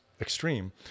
Extreme